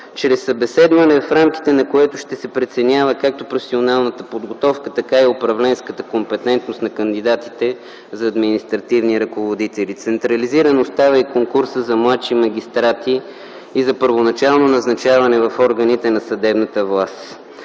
чрез събеседване, в рамките на което ще се преценява както професионалната подготовка, така и управленската компетентност на кандидатите за административни ръководители. Централизиран остава и конкурсът за младши магистрати и за първоначално назначаване в органите на съдебната власт.